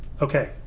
Okay